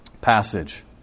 passage